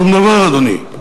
שום דבר, אדוני.